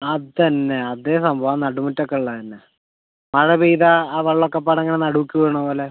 അതുതന്നെ അതേ സംഭവം ആ നടുമുറ്റമൊക്കെ ഉള്ളതുതന്നെ മഴ പെയ്താൽ ആ വെള്ളമൊക്കെ പറഞ്ഞാൽ നടുക്ക് വീഴണപോലെ